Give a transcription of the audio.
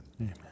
Amen